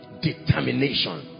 Determination